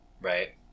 Right